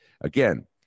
Again